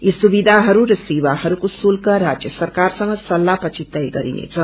यी सुविधाहरू र सेवाहरू श्रुत्क राज्य सरक्वरसंग सल्ताह पछि तय गरिनेछ